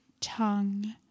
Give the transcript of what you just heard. tongue